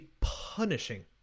punishing